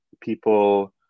people